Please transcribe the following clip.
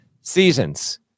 seasons